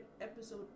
episode